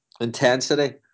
intensity